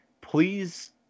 please